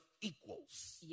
equals